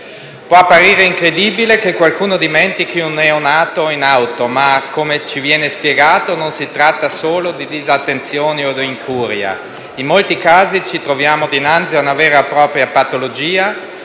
Può apparire incredibile che qualcuno dimentichi un neonato in auto, ma, come ci viene spiegato, non si tratta solo di disattenzione o incuria. In molti casi ci troviamo dinnanzi a una vera e propria patologia